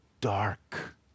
dark